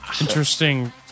Interesting